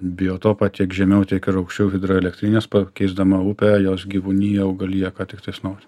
biotopą tiek žemiau tiek ir aukščiau hidroelektrinės pakeisdama upėje jos gyvūniją augaliją ką tiktais nori